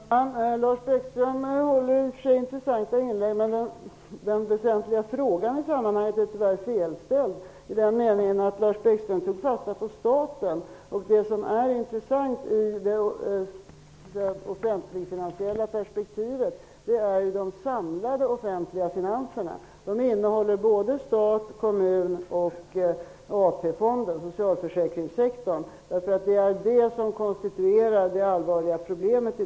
Fru talman! Lars Bäckström gör intressanta inlägg, men den väsentliga frågan i sammanhanget är tyvärr felställd i den meningen att Lars Bäckström tar fasta på staten. Men det som är intressant i det offentlig-finansiella perspektivet är ju de samlade offentliga finanserna. De omfattar staten, kommunerna, AP-fonderna och socialförsäkringssektorn. Det konstituerar dagens allvarliga problem.